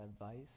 advice